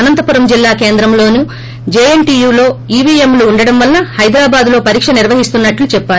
అనంతపురం జిల్లా కేంద్రంలోని జేఎన్టీయూలో ఈవీఎంలు ఉండడం వల్ల హైదరాబాద్లో పరీక నిర్వహిస్తున్నట్లు చెప్పారు